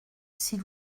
s’il